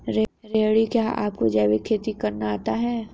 रोहिणी, क्या आपको जैविक खेती करना आता है?